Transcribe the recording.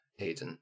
Aiden